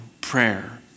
prayer